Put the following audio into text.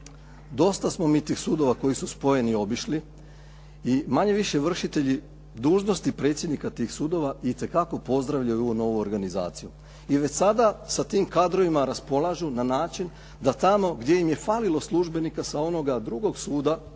dosta smo mi tih sudova koji su spojeni obišli i manje-više vršitelji dužnosti predsjednika tih sudova itekako pozdravljaju ovu novu organizaciju i već sada sa tim kadrovima raspolažu na način da tamo gdje im je falilo službenika sa onoga drugog suda